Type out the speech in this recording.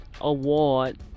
Award